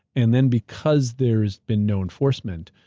and then because there's been no enforcement,